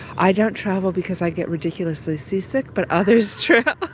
i don't travel because i get ridiculously seasick, but others